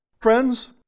Friends